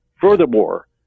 furthermore